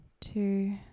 two